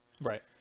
Right